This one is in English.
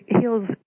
heals